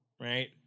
right